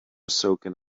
soaking